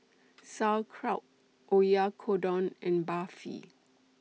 Sauerkraut Oyakodon and Barfi